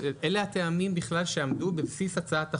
אלה הטעמים בכלל שעמדו בבסיס הצעת החוק,